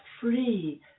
free